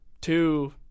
two